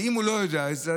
ואם הוא לא יודע את זה,